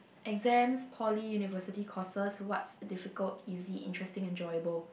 exams Poly University courses what's difficult easy interesting enjoyable